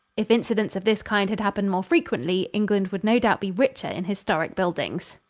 if incidents of this kind had happened more frequently england would no doubt be richer in historic buildings.